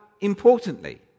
importantly